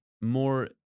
more